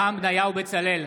בצלאל,